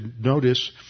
notice